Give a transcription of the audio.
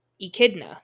Echidna